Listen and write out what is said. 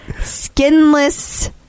Skinless